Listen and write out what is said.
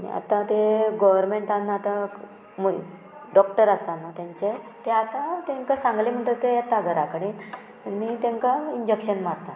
आनी आतां तें गोवोरमेंटान आतां डॉक्टर आसा न्हू तेंचे ते आतां तेंका सांगले म्हणटगीर ते येता घरा कडेन आनी तेंकां इंजेक्शन मारता